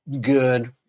good